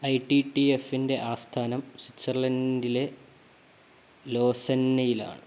I T T എഫിൻറ്റെ ആസ്ഥാനം സ്വിറ്റ്സർലൻഡിലെ ലോസന്നയിലാണ്